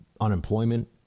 unemployment